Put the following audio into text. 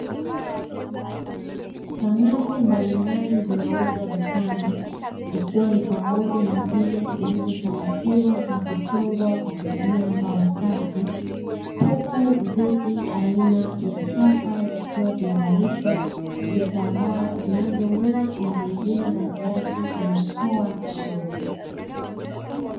Samani mbalimbali zinauzwa dukani ikiwa ni pamoja na zile zilizosanifiwa na kuchongwa kwa kutumia mbao safi, huku viti aina ya sofa zikiwa zimevalishwa vitambaa vinavyong'aa na vingine rangi yake imepoa kidogo.